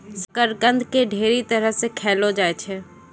शकरकंद के ढेरी तरह से खयलो जाय छै